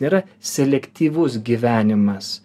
nėra selektyvus gyvenimas